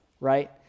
Right